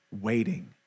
waiting